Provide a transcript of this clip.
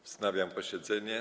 Wznawiam posiedzenie.